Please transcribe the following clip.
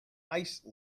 ice